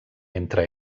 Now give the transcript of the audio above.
entre